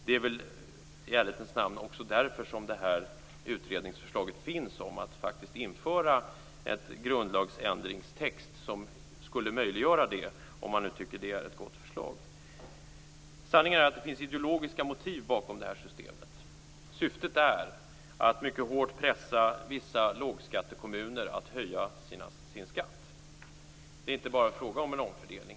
Det är också därför som det här utredningsförslaget finns om att faktiskt införa en grundlagsändringstext som skulle möjliggöra det, om man nu tycker att det är ett gott förslag. Sanningen är den att det finns ideologiska motiv bakom systemet. Syftet är att mycket hårt pressa vissa lågskattekommuner att höja sin skatt. Det är inte bara fråga om en omfördelning.